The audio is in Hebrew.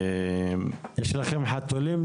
יש לכם חתולים,